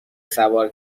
سوار